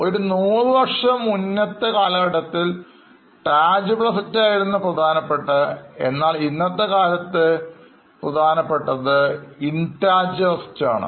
ഒരു നൂറുവർഷം മുമ്പത്തെ കാലഘട്ടത്തിൽ tangible assetsആയിരുന്നു പ്രധാനപ്പെട്ടത് എന്നാൽ ഇന്നത്തെക്കാലത്ത് പ പ്രധാനപ്പെട്ടത് intangible assets ആണ്